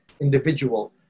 individual